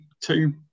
two